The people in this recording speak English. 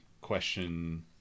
question